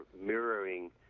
mirroring